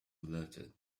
alerted